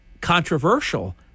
controversial